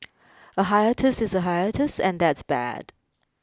a hiatus is a hiatus and that's bad